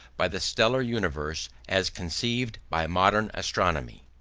by the stellar universe as conceived by modern astronomy.